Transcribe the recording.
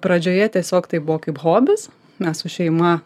pradžioje tiesiog tai buvo kaip hobis mes su šeima